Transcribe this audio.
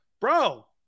Bro